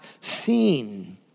seen